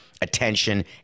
attention